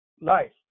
life